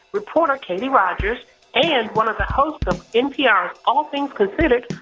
reporter katie rogers and one of the hosts of npr's all things considered,